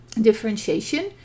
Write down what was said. differentiation